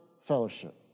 fellowship